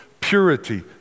purity